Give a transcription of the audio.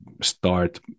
start